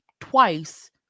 twice